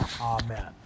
Amen